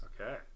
Okay